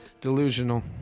delusional